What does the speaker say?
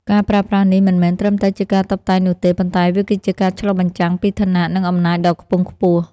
ការប្រើប្រាស់នេះមិនមែនត្រឹមតែជាការតុបតែងនោះទេ ប៉ុន្តែវាគឺជាការឆ្លុះបញ្ចាំងពីឋានៈ និងអំណាចដ៏ខ្ពង់ខ្ពស់។